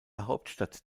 hauptstadt